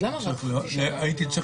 הייתי צריך להעיר